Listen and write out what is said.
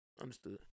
Understood